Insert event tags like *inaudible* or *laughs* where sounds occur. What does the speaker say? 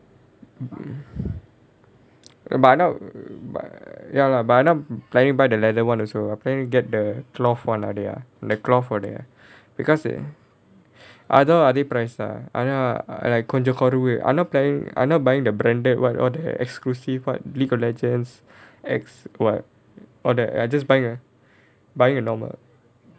*noise* but I not *noise* but I not buying the leather [one] also I planning get the cloth [one] *laughs* the cloth or the because th~ அதான் அதே:athaan adhae price தான் ஆனா கொஞ்சம் குறைவு:thaan aanaa konjam kuraivu I not planning I not buying the branded [what] all that exclusive [what] League of Legends X [what] or that I just buy a buying a normal